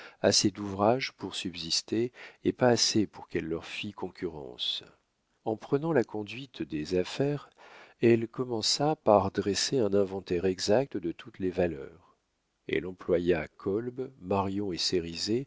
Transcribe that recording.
assez d'ouvrage pour subsister et pas assez pour qu'elle leur fît concurrence en prenant la conduite des affaires elle commença par dresser un inventaire exact de toutes les valeurs elle employa kolb marion et